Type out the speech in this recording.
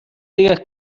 digas